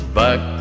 back